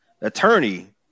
attorney